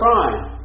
crime